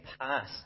past